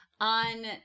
on